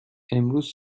امروز